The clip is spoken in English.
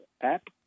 app